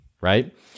right